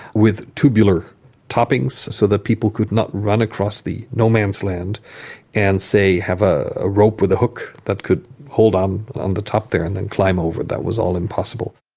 with tubular toppings so that people could not run across the no man's land and, say, have a rope with a hook that could hold um on the top there and then climb over. that was all impossible.